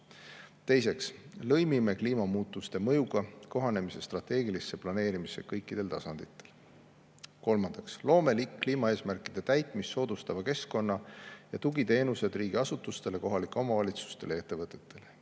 Teiseks, lõimime kliimamuutuste mõjuga kohanemise strateegilisse planeerimisse kõikidel tasanditel. Kolmandaks, loome kliimaeesmärkide täitmist soodustava keskkonna ja tugiteenused riigiasutustele, kohalikele omavalitsustele ja ettevõtetele.